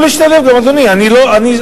זה יכול להשתלב גם, אדוני, אני אומר.